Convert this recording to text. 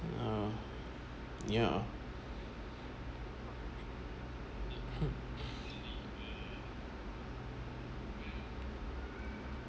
uh ya